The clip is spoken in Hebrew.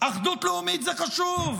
אחדות לאומית זה חשוב,